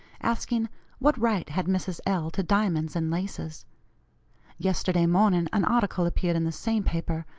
asking what right had mrs. l. to diamonds and laces yesterday morning an article appeared in the same paper,